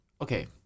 Okay